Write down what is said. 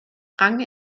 rang